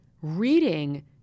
reading